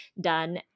done